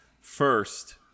First